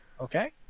Okay